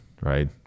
Right